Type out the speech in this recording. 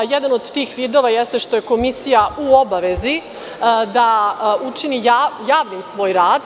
Jedan od tih vidova jeste što je komisija u obavezi da učini javnim svoj rad.